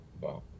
Wow